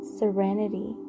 serenity